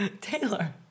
Taylor